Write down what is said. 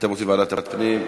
אתם רוצים ועדת הפנים.